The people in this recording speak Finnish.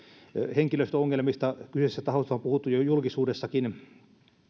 henkilöstöongelmista kyseisellä taholla on puhuttu jo julkisuudessakin